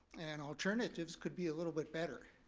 and alternatives could be a little bit better.